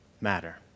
matter